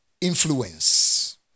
influence